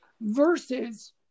versus